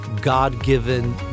God-given